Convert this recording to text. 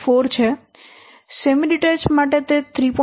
4 છે semi detached માટે તે 3